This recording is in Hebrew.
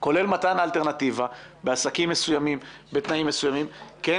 כולל מתן אלטרנטיבה בעסקים מסוימים בתנאים מסוימים כן